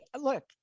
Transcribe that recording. Look